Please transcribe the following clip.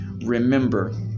remember